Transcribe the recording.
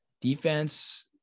Defense